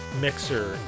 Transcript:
Mixer